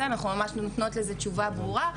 אנחנו ממש נותנות לזה תשובה ברורה,